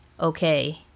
okay